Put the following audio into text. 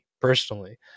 personally